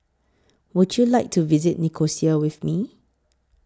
Would YOU like to visit Nicosia with Me